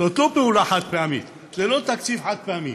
זאת לא פעולה חד-פעמית, זה לא תקציב חד-פעמי.